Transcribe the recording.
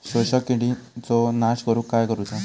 शोषक किडींचो नाश करूक काय करुचा?